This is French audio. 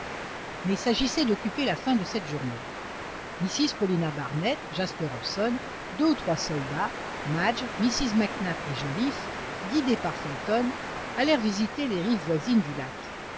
mais il s'agissait d'occuper la fin de cette journée mrs paulina barnett jasper hobson deux ou trois soldats madge mrs mac nap et joliffe guidés par felton allèrent visiter les rives voisines du lac